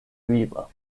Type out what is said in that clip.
viva